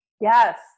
Yes